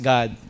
God